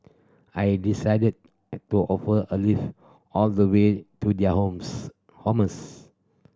I decided to offer a lift all the way to their homes